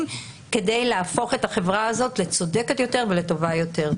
כדי להפוך את החברה הזאת לצודקת ויותר ולטובה יותר.